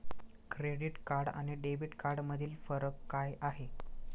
Credit card आणि debit कार्डमधील फरक काय आहे?